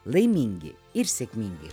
laimingi ir sėkmingi